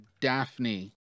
Daphne